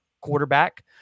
quarterback